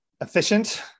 Efficient